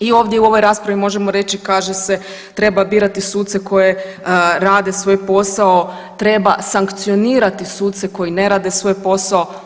I ovdje u ovoj raspravi možemo reći kaže se treba birati suce koji rade svoj posao, treba sankcionirati suce koji ne rade svoj posao.